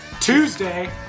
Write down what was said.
Tuesday